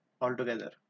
altogether